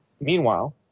Meanwhile